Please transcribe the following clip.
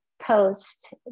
post